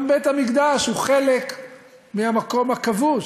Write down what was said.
גם בית-המקדש הוא חלק מהמקום הכבוש,